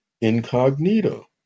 incognito